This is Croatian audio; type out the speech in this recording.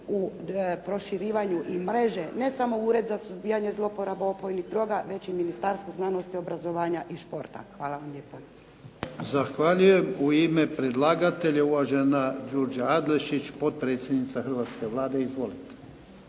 u proširivanju i mreže, ne samo Ured za suzbijanje zlouporabe opojnih droga već i Ministarstvo znanosti, obrazovanja i športa. Hvala vam lijepo. **Jarnjak, Ivan (HDZ)** Zahvaljujem. U ime predlagatelja, uvažena Đurđa Adlešić, potpredsjednica hrvatske Vlade. Izvolite.